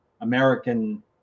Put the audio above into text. American